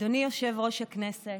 אדוני יושב-ראש הכנסת,